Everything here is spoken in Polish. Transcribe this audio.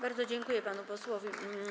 Bardzo dziękuję panu posłowi.